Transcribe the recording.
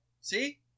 See